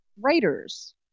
writers